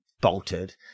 bolted